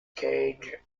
cage